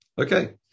Okay